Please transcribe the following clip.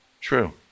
true